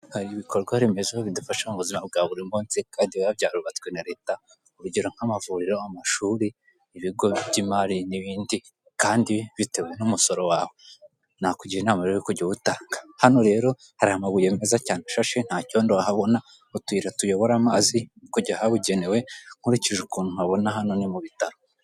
Hari ibikorwaremezo bidufasha mu buzima bwa buri munsi kandi biba byarubatswe na leta urugero nk'amavuriro, amashuri, ibigo by'imari n'ibindi kandi bitewe n'umusoro wawe nakugira inama rero yo kujya uwutanga, hano rero hari amabuye meza cyane ashashe ntacyondo wahabona utuyira tuyobora amazi kujya ahabugenewe nkurikije ukuntu mpabona hano ni mubitaro.